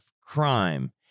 crime